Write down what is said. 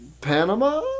Panama